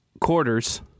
quarters